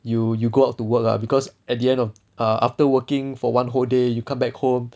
you you go out to work lah because at the end of err after working for one whole day you come back home